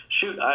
shoot